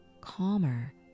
calmer